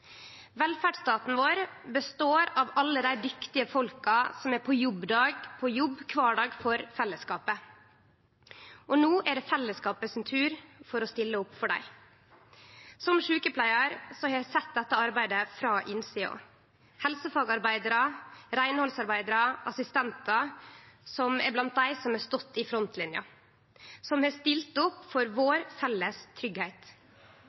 Velferdsstaten vår består av alle dei dyktige folka som er på jobb kvar dag for fellesskapet. No er det fellesskapet sin tur til å stille opp for dei. Som sjukepleiar har eg sett dette arbeidet frå innsida. Helsefagarbeidarar, reinhaldsarbeidarar og assistentar er blant dei som har stått i frontlinja, og som har stilt opp for